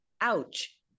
ouch